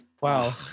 Wow